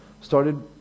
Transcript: started